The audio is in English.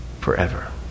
forever